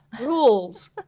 rules